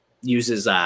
uses